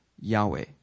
Yahweh